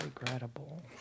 regrettable